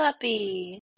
puppy